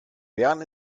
bern